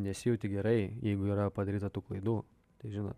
nesijauti gerai jeigu yra padaryta tų klaidų tai žinot